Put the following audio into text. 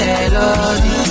melody